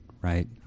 right